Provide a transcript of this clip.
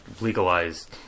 legalized